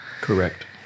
Correct